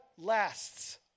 lasts